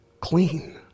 clean